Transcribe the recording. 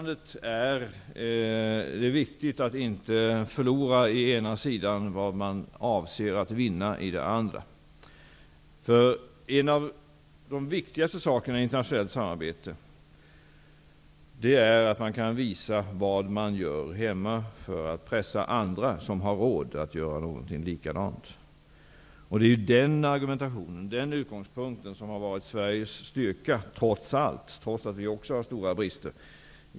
Det är viktigt att man inte förlorar på den ena sidan vad man avser att vinna på den andra. Något av det viktigaste i internationellt samarbete är att visa vad man gör hemma, för att pressa andra som har råd att göra likadant. Det är den utgångspunkten som har varit Sveriges styrka, trots att vi också har stora brister.